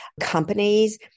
companies